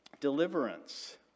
deliverance